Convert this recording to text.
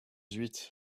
huit